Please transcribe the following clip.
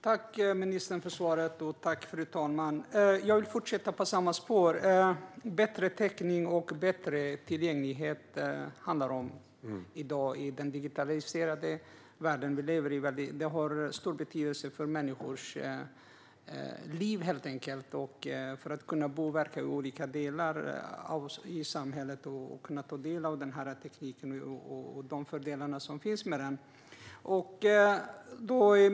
Fru talman! Jag tackar ministern för svaret. Jag vill fortsätta på samma spår. Det handlar i dag om bättre täckning och bättre tillgänglighet i den digitaliserade värld som vi lever i. Det har helt enkelt stor betydelse för människors liv och för att de ska kunna bo och verka i olika delar av landet att de kan ta del av denna teknik och de fördelar som finns med den.